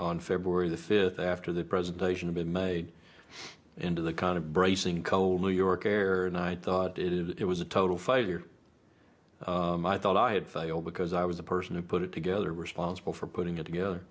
on february the fifth after the presentation of been made into the kind of bracing cold new york air and i thought it was a total failure i thought i had failed because i was the person who put it together responsible for putting it together